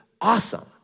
awesome